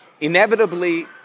Inevitably